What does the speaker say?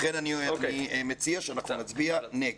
לכן אני מציע שאנחנו נצביע נגד.